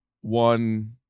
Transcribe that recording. one